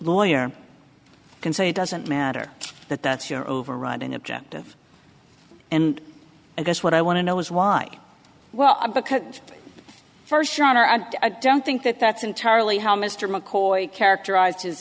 lawyer can say it doesn't matter that that's your overriding objective and i guess what i want to know is why well because first your honor i don't think that that's entirely how mr mccoy characterized his